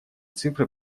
цифры